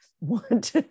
want